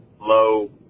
low